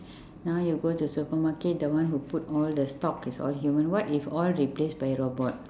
now you go to supermarket the one who put all the stock is all human what if all replace by robot